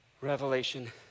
revelation